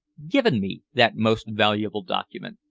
given me that most valuable document.